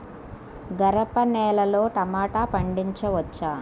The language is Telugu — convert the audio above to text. గరపనేలలో టమాటా పండించవచ్చా?